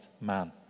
man